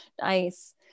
nice